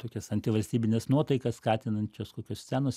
tokias antivalstybines nuotaikas skatinančios kokios scenos